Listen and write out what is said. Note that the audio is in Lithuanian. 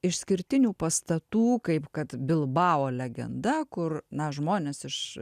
išskirtinių pastatų kaip kad bilbao legenda kur na žmonės iš